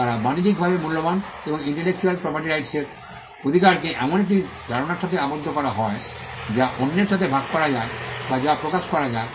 তারা বাণিজ্যিকভাবে মূল্যবান এবং ইন্টেলেকচুয়াল প্রপার্টি রাইটস এর অধিকারকে এমন একটি ধারণার সাথে আবদ্ধ করা হয় যা অন্যের সাথে ভাগ করা যায় বা যা প্রকাশ করা যায়